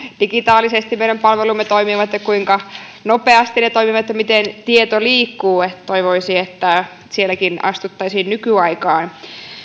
digitaalisesti meidän palvelumme toimivat ja kuinka nopeasti ne toimivat ja miten tieto liikkuu ja toivoisin että sielläkin astuttaisiin nykyaikaan